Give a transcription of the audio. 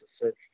search